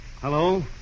Hello